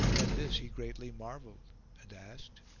at this he greatly marvelled and asked,